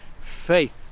Faith